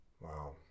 Wow